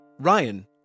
Ryan